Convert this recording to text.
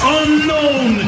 unknown